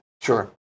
Sure